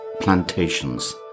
plantations